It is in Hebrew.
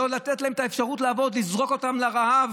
לא לתת להן את האפשרות לעבוד, לזרוק אותן לרעב?